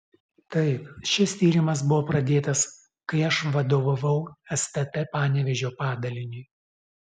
taip šis tyrimas buvo pradėtas kai aš vadovavau stt panevėžio padaliniui